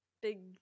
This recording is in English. big